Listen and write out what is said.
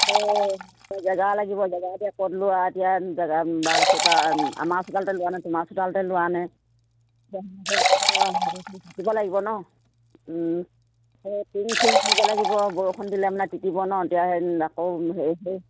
জেগা লাগিব জেগা এতিয়া ক'ত লোৱা এতিয়া জেগা চোতাল আমাৰ চোতালতে লোৱা নে তোমাৰ চোতালতে লোৱা নে থাকিব লাগিব ন আনিব লাগিব বৰষুণ দিলে মানে তিতিব ন এতিয়া আকৌ হেই